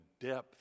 depth